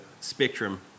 spectrum